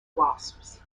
wasps